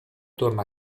torna